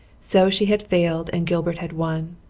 so she had failed and gilbert had won!